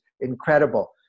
incredible